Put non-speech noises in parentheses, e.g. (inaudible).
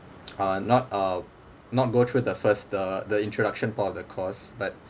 (noise) uh not uh not go through the first the the introduction part of the course but